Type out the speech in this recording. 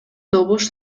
добуш